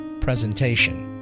presentation